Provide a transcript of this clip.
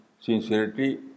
sincerity